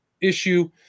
issue